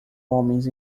homens